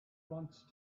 wants